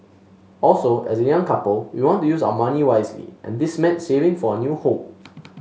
also as a young couple we want to use our money wisely and this meant saving for our new home